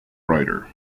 writer